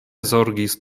zorgis